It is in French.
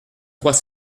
trois